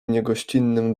niegościnnym